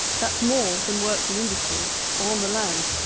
that's more than worked in industries or on the land.